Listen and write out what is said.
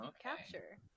capture